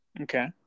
Okay